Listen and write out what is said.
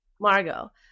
Margot